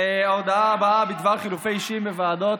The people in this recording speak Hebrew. ההודעה הבאה בדבר חילופי אישים בוועדות,